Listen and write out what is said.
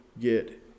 get